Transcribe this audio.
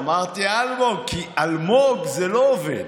אמרתי אלמוג, כי אלמוג זה לא עובד.